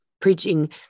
preaching